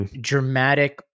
dramatic